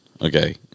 Okay